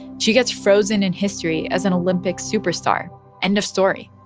she gets frozen in history as an olympic superstar end of story.